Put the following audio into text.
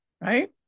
right